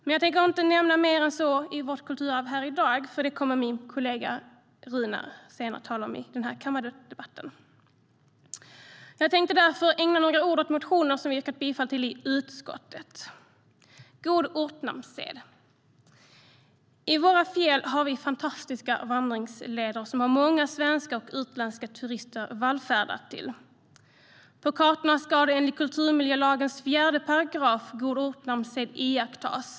Men jag tänker inte nämna mer än så om vårt kulturarv här i dag, för min kollega Runar kommer att tala om det senare i debatten. Jag tänkte ägna några ord åt motioner som vi har yrkat bifall till i utskottet. Först om god ortnamnssed: I våra fjäll har vi fantastiska vandringsleder som många svenska och utländska turister vallfärdar till. På kartorna ska enligt kulturmiljölagens 4 § god ortnamnssed iakttas.